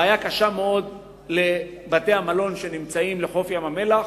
בעיה קשה מאוד לבתי-המלון שנמצאים לחוף ים-המלח,